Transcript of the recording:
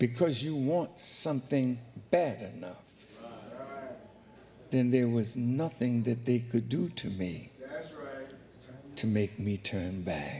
because you want something better then there was nothing that they could do to me to make me turn back